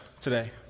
today